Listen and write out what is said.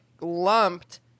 lumped